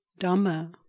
Dhamma